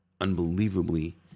unbelievably